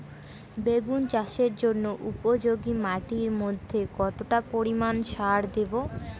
বেগুন চাষের জন্য উপযোগী মাটির মধ্যে কতটা পরিমান সার দেব?